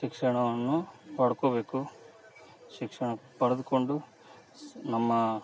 ಶಿಕ್ಷಣವನ್ನು ಪಡ್ಕೋಬೇಕು ಶಿಕ್ಷಣ ಪಡೆದ್ಕೊಂಡು ಸಹ ನಮ್ಮ